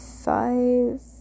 five